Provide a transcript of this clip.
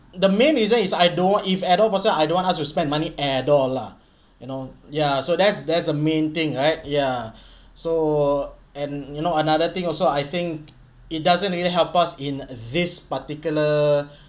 the main reason is I don't want if adult person I don't want us to spend money at all lah you know ya so that's that's the main thing right ya so and you know another thing also I think it doesn't really help us in this particular